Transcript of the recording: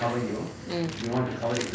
mm